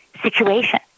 situation